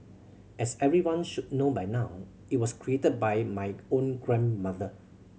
as everyone should know by now it was created by my own grandmother